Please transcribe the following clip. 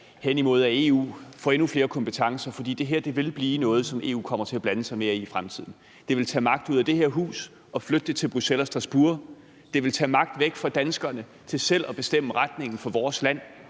vedtaget, at EU får endnu flere kompetencer; det her vil blive noget, som EU kommer til at blande sig mere i i fremtiden. Det vil tage magt ud af det her hus og flytte den til Bruxelles og Strasbourg, og det vil tage magt væk fra danskerne til selv at bestemme retningen for deres land.